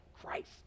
Christ